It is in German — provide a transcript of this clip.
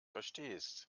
verstehst